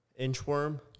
Inchworm